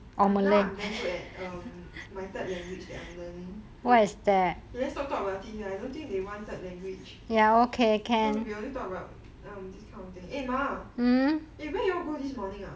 I'm now very um the their language I'm learning let's not take about it here I don't think they want third language so we only talk about this kind of thing eh ma where you all go this morning ah